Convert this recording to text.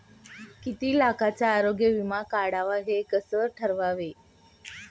किती लाखाचा आरोग्य विमा काढावा हे कसे ठरवावे?